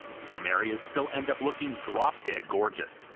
some areas still end up looking drop-dead gorgeous.